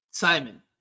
Simon